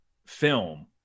film